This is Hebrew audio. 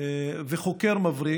וחוקר מבריק.